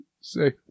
say